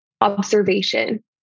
Observation